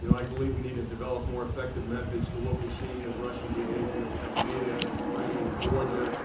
you know i believe we need to develop more effective methods to what we've seen of russian behavior in crimea, the ukraine, and georgia.